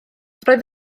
roedd